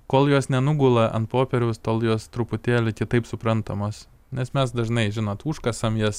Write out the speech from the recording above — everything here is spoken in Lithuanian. kol jos nenugula ant popieriaus tol jos truputėlį kitaip suprantamos nes mes dažnai žinot užkasam jas